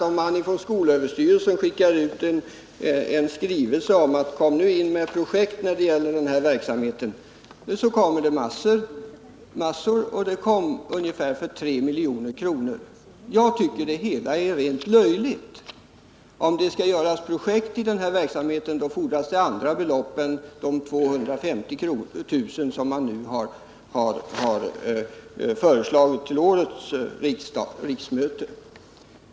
Om skolöverstyrelsen skickar ut en uppmaning att komma in med förslag till projekt när det gäller denna verksamhet så kommer det naturligtvis in massor. Man fick in förslag som skulle kosta ungefär 3 milj.kr. att genomföra. Jag tycker det hela är rent löjligt. Om det skall göras projekt på det här området fordras det belopp av en annan storleksordning än de 250 000 kr. som man föreslagit till årets riksmöte.